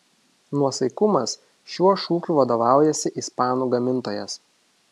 nuosaikumas šiuo šūkiu vadovaujasi ispanų gamintojas